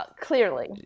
clearly